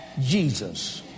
Jesus